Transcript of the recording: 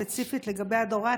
ספציפית לגבי אדורה,